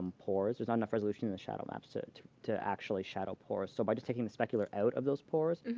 pores. there's not enough resolution in the shadow maps to to actually shadow pores. so by just taking the specular out of those pores,